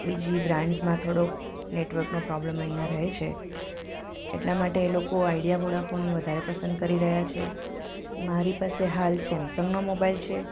બીજી બ્રાન્ડ્સમાં થોડોક નેટવર્કનો પ્રોબલમ અહીંયા રહે છે એટલા માટે એ લોકો આઇડિયા વોડાફોન વધારે પસંદ કરી રહ્યા છે મારી પાસે હાલ સેમસંગનો મોબાઈલ છે